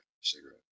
Cigarette